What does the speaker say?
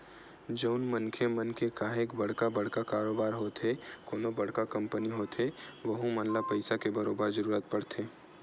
जउन मनखे मन के काहेक बड़का बड़का कारोबार होथे कोनो बड़का कंपनी होथे वहूँ मन ल पइसा के बरोबर जरूरत परथे